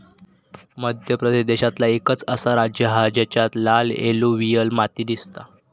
मध्य प्रदेश देशांतला एकंच असा राज्य हा जेच्यात लाल एलुवियल माती दिसता